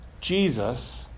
Jesus